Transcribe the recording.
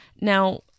Now